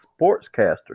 Sportscaster